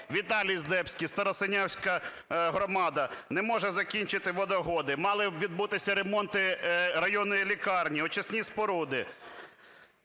Віталій Здебський, Старосинявська громада, не може закінчити водогони, мали відбутися ремонти районної лікарні, очисні споруди.